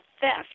theft